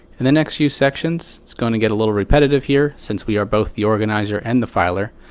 and the next few sections, it's going to get a little repetitive here since we are both the organizer and the filer.